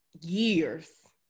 years